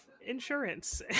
insurance